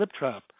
Liptrap